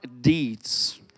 deeds